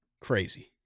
crazy